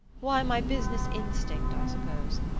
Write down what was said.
why, my business instinct, i suppose.